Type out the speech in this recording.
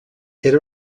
era